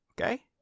Okay